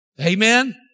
Amen